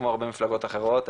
כמו הרבה מפלגות אחרות,